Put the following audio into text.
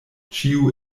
ĉiu